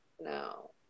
no